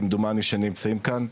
כמדומני שהם נמצאים כאן.